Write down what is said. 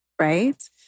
Right